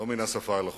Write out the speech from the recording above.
לא מן השפה אל החוץ.